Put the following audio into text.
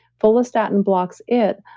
follistatin blocks it,